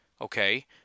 Okay